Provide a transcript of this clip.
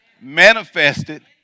manifested